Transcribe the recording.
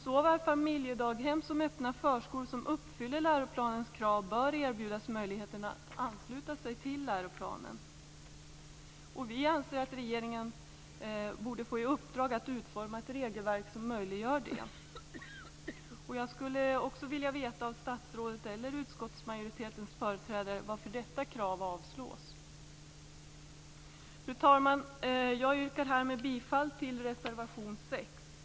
Såväl familjedaghem som öppna förskolor som uppfyller läroplanens krav bör erbjudas möjligheten att ansluta sig till läroplanen. Vi anser att regeringen borde få i uppdrag att utforma ett regelverk som möjliggör det. Och jag skulle också vilja att statsrådet eller utskottsmajoritetens företrädare talar om varför detta krav avstyrks. Fru talman! Jag yrkar härmed bifall till reservation 6.